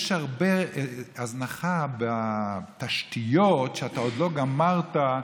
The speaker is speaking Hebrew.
יש הרבה הזנחה בתשתיות שאתה עוד לא גמרת,